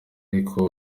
ariko